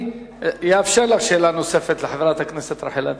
אאפשר שאלה נוספת לחברת הכנסת רחל אדטו.